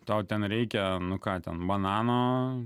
tau ten reikia nu ką ten banano